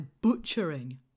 butchering